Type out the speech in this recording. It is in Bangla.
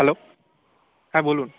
হ্যালো হ্যাঁ বলুন